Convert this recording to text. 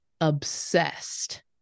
obsessed